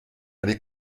aller